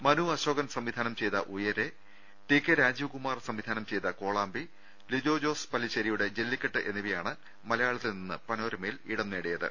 മനുഅശോകൻ സംവിധാനം ചെയ്ത ഉയരെ ടി കെ രാജീവ് കുമാർ സംവിധാനം ചെയ്ത കോളാമ്പി ലിജോ ജോസ് പല്ലിശ്ശേ രിയുടെ ജെല്ലിക്കെട്ട് എന്നിവയാണ് മലയാളത്തിൽ നിന്ന് പനോ രമയിൽ ഇടം നേടിയത്